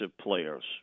players